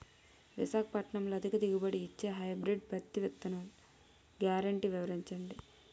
విశాఖపట్నంలో అధిక దిగుబడి ఇచ్చే హైబ్రిడ్ పత్తి విత్తనాలు గ్యారంటీ వివరించండి?